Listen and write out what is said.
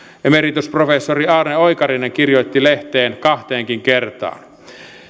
emeritusprofessori aarne oikarinen kirjoitti lehteen kahteenkin kertaan